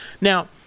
now